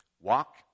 Walk